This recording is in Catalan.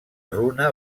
runa